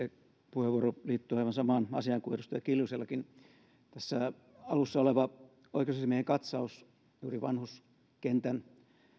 puheenvuoroni liittyy aivan samaan asiaan kuin edustaja kiljusellakin tässä alussa oleva oikeusasiamiehen katsaus juuri vanhuskentän